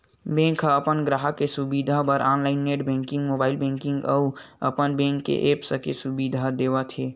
bank ह अपन गराहक के सुबिधा बर online net banking, mobile banking अउ अपन बेंक के ऐप्स के सुबिधा देवत हे